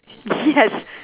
yes